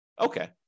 Okay